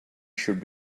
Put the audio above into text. should